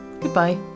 Goodbye